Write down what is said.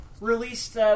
released